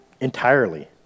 entirely